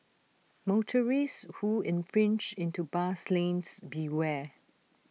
motorists who infringe into bus lanes beware